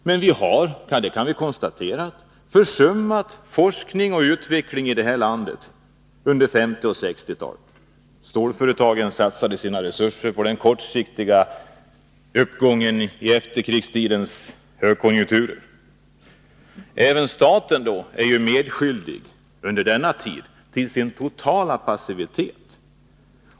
Men vi har — det kan vi konstatera — försummat forskning och utveckling i det här landet under 1950 och 1960-talen. Stålföretagen satsade sina resurser på den kortsiktiga uppgången i efterkrigstidens högkonjunktufer. Även staten är medskyldig genom sin totala passivitet under denna tid.